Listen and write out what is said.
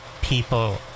people